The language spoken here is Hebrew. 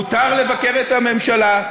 מותר לבקר את הממשלה.